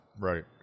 Right